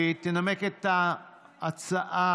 תנמק את ההצעה